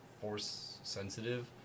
Force-sensitive